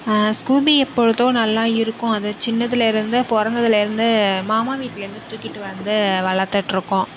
Scooby எப்பொழுதும் நல்லா இருக்கும் அது சின்னதில் இருந்து பிறந்ததுலேருந்து மாமா வீட்லேருந்து தூக்கிட்டு வந்து வளத்துட்டிருக்கோம்